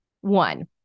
One